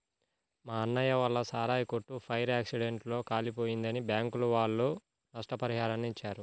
మా అన్నయ్య వాళ్ళ సారాయి కొట్టు ఫైర్ యాక్సిడెంట్ లో కాలిపోయిందని బ్యాంకుల వాళ్ళు నష్టపరిహారాన్ని ఇచ్చారు